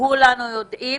כולנו יודעים,